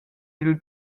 dil